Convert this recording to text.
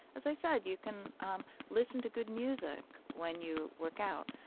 as i said, you can um listen to good music when you work out.